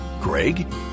greg